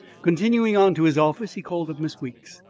continuing on to his office, he called up miss weeks.